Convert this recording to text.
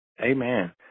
Amen